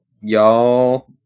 y'all